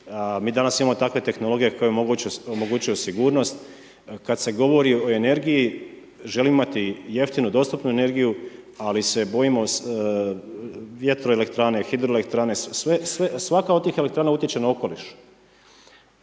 Mi danas imamo takve tehnologije koje omogućuje sigurnost. Kada se govori o energiji, želimo imati jeftinu dostupnu energiju, ali se bojimo vjetroelektrane, hidroelektrane, svaka od tih elektrana utječe na okoliš,